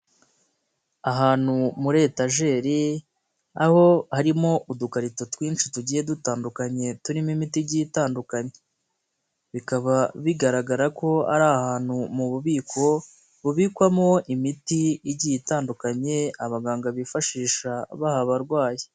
Ahantu muri etajeri, aho harimo udukarito twinshi tugiye dutandukanye turimo imitijyi itandukanye, bikaba bigaragara ko ari ahantu mu bubiko bubikwamo imiti igiye itandukanye, abaganga bifashisha baha abarwayi.